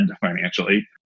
financially